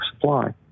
supply